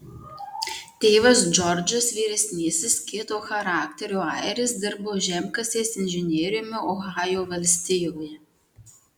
tėvas džordžas vyresnysis kieto charakterio airis dirbo žemkasės inžinieriumi ohajo valstijoje